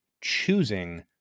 choosing